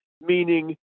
Meaning